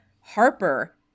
Harper